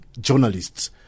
journalists